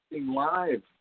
live